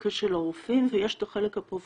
האתיקה של הרופאים ויש את החלק הפרופסיונלי.